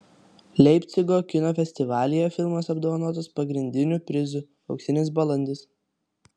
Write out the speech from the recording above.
leipcigo kino festivalyje filmas apdovanotas pagrindiniu prizu auksinis balandis